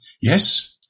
Yes